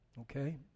Okay